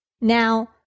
Now